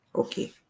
Okay